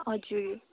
हजुर